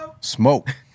Smoke